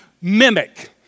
mimic